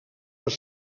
les